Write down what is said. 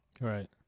Right